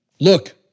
Look